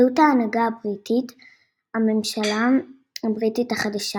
זהות ההנהגה הבריטית – הממשלה הבריטית החדשה